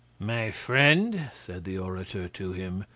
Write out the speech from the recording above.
my friend, said the orator to him,